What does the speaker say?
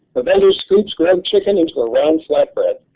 a vendor scoops grilled chicken in to a round flat bread.